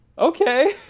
okay